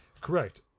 Correct